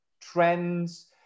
trends